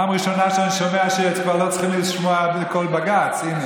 פעם ראשונה שאני שומע שכבר לא צריכים לשמוע בקול בג"ץ.